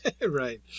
Right